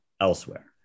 elsewhere